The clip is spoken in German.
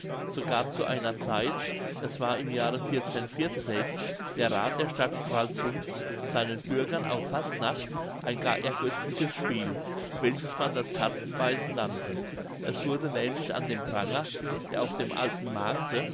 so gab zu einer zeit es war im jahre der rath der stadt stralsund seinen bürgern auf fastnacht ein gar ergötzliches spiel welches man das katzenbeißen nannte es wurde nämlich an dem pranger der auf dem alten markte